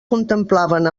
contemplaven